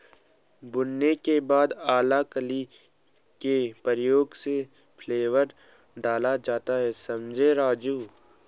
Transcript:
भुनाने के बाद अलाकली के प्रयोग से फ्लेवर डाला जाता हैं समझें राजु